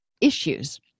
issues